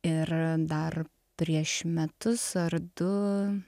ir dar prieš metus ar du